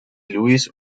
luis